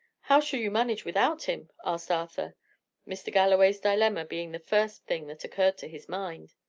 how shall you manage without him? asked arthur mr. galloway's dilemma being the first thing that occurred to his mind.